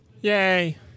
Yay